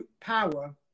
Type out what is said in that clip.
power